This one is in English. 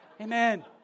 Amen